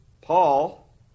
Paul